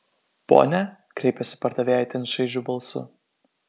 pone kreipėsi pardavėja itin šaižiu balsu